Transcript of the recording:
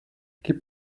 gib